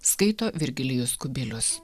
skaito virgilijus kubilius